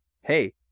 hey